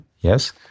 Yes